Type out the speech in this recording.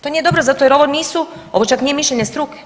To nije dobro zato jer ovo nisu, ovo čak nije mišljenje struke.